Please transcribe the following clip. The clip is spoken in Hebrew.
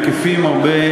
אנחנו עוברים לסעיף הבא.